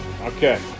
Okay